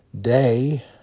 day